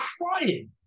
crying